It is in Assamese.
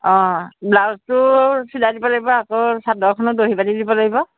অঁ ব্লাউজটো চিলাই দিব লাগিব আকৌ চাদৰখনো দহি পাতি দিব লাগিব